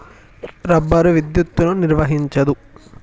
rubber విద్యుత్తును నిర్వహించదు